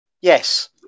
Yes